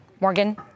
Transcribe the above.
Morgan